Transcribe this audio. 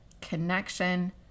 connection